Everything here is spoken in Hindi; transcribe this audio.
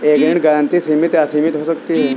एक ऋण गारंटी सीमित या असीमित हो सकती है